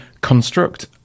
construct